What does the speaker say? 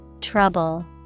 Trouble